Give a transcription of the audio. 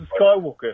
Skywalker